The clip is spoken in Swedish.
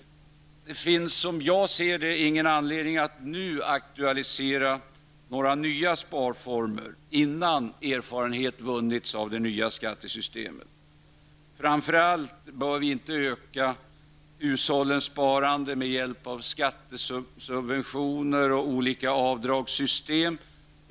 Det finns nu ingen anledning att aktualisera några nya sparformer innan erfarenhet vunnits av det nya skattesystemet. Vi bör framför allt inte öka hushållens sparande med hjälp av skattesubventioner och olika avdragssystem.